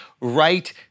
right